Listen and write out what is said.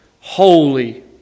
holy